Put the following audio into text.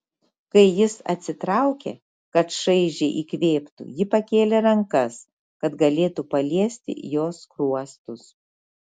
kai jis atsitraukė kad šaižiai įkvėptų ji pakėlė rankas kad galėtų paliesti jo skruostus